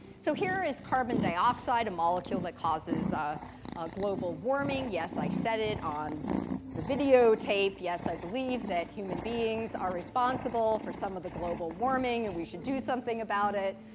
so here is carbon dioxide, a molecule that causes global warming. yes, i said it on the videotape. yes, i believe that human beings are responsible for some of the global warming, and we should do something about it.